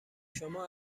شما